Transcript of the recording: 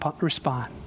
respond